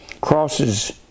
crosses